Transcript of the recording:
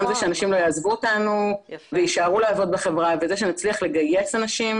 גם זה שאנשים לא יעזבו אותנו ויישארו לעבוד בחברה וזה שנצליח לגייס אנשים